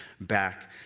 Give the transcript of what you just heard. back